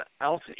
else